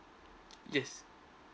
yes